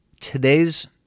today's